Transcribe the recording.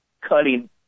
cutting